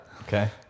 Okay